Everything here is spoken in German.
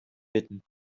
bitten